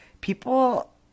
people